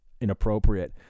inappropriate